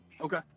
Okay